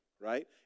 right